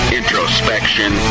introspection